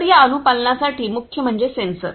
तर या अनुपालनासाठी मुख्य म्हणजे सेन्सर